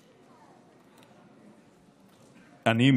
אני,